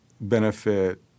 benefit